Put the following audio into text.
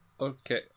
Okay